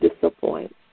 disappoint